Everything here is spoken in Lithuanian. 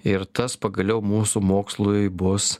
ir tas pagaliau mūsų mokslui bus